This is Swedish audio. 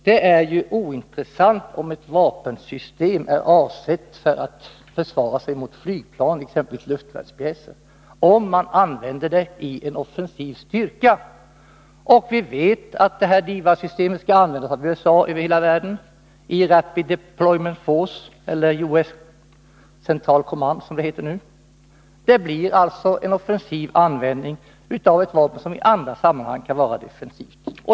Det är ointressant om ett vapensystem är avsett för försvar mot flygplan, exempelvis luftvärnspjäser, om man använder det i en offensiv styrka. Vi vet att DIVAD-systemet skall användas av USA över hela världen i Rapid Deployment Force eller US Central Command, som det heter nu. Det blir alltså en offensiv användning av ett vapen som i andra sammanhang kan vara defensivt.